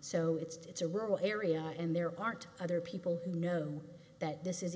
so it's a rural area and there aren't other people know that this is